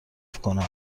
کنم